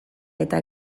eta